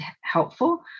helpful